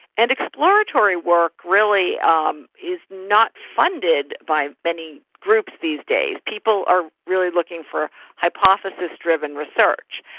and exploratory work really um is not funded by many groups these days. people are really looking for hypothesis-driven research.